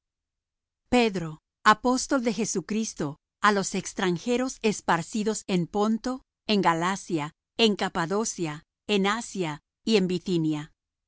pedro apóstol de jesucristo á los extranjeros esparcidos en ponto en galacia en capadocia en asia y en bithinia